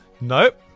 Nope